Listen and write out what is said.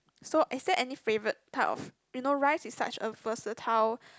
so is there any favourite type of you know rice is such a versatile